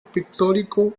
pictórico